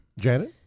Janet